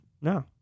No